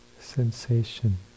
sensation